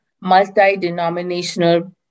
multi-denominational